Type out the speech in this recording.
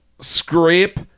scrape